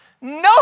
No